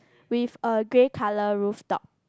with a grey colour rooftop